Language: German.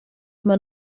man